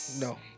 no